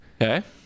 Okay